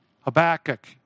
Habakkuk